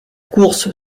course